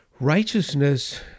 Righteousness